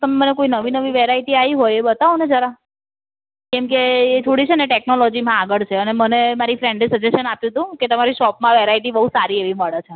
તમે મને કોઈ નવી નવી વેરાઇટી આવી હોય એ બતાવો ને જરા કેમ કે એ થોડી છે ને ટેક્નોલોજીમાં આગળ છે અને મને મારી ફ્રેન્ડે સજેશન આપ્યું હતું કે તમારી શોપમાં વેરાઇટી બહુ સારી એવી મળે છે